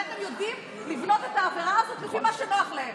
איך הם יודעים לבנות את העבירה הזאת לפי מה שנוח להם.